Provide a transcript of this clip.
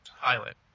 Pilot